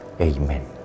Amen